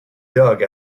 dug